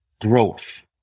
growth